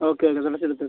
okay okay തുടച്ചെടുത്ത്